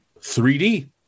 3D